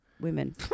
women